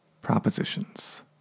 Propositions